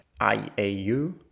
IAU